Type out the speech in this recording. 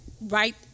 right